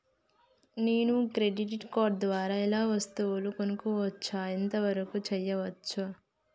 నేను credit card ద్వారా ఏం వస్తువులు కొనుక్కోవచ్చు ఎంత వరకు చేయవచ్చు?